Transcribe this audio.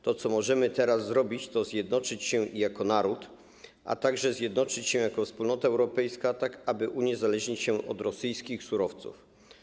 To, co możemy teraz zrobić, to zjednoczyć się jako naród, a także zjednoczyć się jako Wspólnota Europejska, tak aby uniezależnić się od rosyjskich surowców.